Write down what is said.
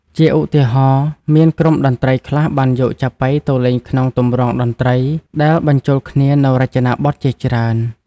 ជាឧទាហរណ៍ មានក្រុមតន្ត្រីខ្លះបានយកចាប៉ីទៅលេងក្នុងទម្រង់តន្ត្រី ដែលបញ្ចូលគ្នានូវរចនាបថជាច្រើន។